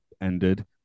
ended